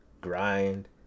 grind